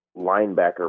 linebacker